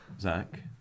Zach